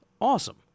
awesome